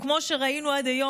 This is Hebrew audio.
וכמו שראינו עד היום,